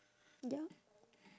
ya